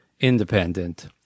independent